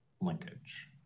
linkage